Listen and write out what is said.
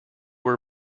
were